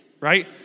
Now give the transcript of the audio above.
right